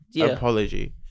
Apology